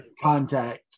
contact